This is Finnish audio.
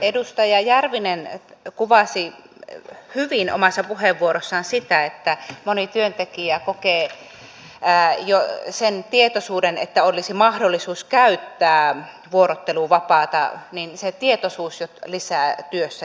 edustaja järvinen kuvasi hyvin omassa puheenvuorossaan sitä että moni työntekijä kokee jo sen tietoisuuden että olisi mahdollisuus käyttää vuorotteluvapaata niin se tietoisuus ja lisää lisäävän työssäjaksamista